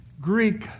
Greek